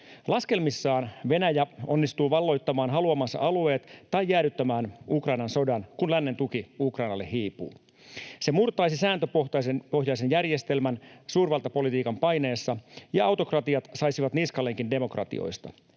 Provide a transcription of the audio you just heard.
Laskelmissaan Venäjä onnistuu valloittamaan haluamansa alueet tai jäädyttämään Ukrainan sodan, kun lännen tuki Ukrainalle hiipuu. Se murtaisi sääntöpohjaisen järjestelmän suurvaltapolitiikan paineessa, ja autokratiat saisivat niskalenkin demokratioista.